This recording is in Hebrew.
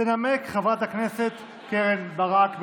תנמק חברת הכנסת קרן ברק.